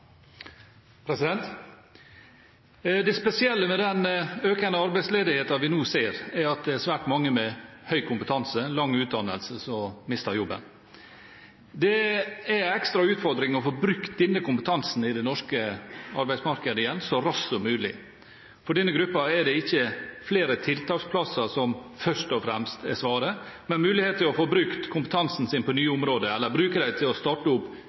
at det er svært mange med høy kompetanse, lang utdannelse, som mister jobben. Det er en ekstra utfordring å få brukt denne kompetansen i det norske arbeidsmarkedet igjen så raskt som mulig. For denne gruppen er det ikke flere tiltaksplasser som først og fremst er svaret, men mulighet til å få brukt kompetansen sin på nye områder eller bruke den til å starte opp